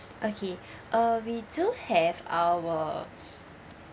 okay uh we do have our